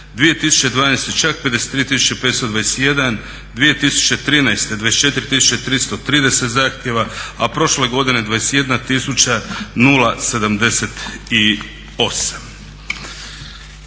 2012.čak 53 521, 2013. 24 330 zahtjeva, a prošle godine 21 078.